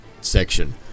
section